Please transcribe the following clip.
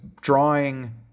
drawing